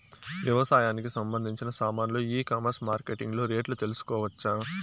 వ్యవసాయానికి సంబంధించిన సామాన్లు ఈ కామర్స్ మార్కెటింగ్ లో రేట్లు తెలుసుకోవచ్చా?